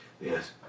Yes